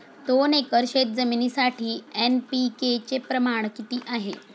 दोन एकर शेतजमिनीसाठी एन.पी.के चे प्रमाण किती आहे?